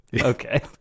Okay